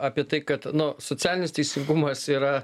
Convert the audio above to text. apie tai kad nuo socialinis teisingumas yra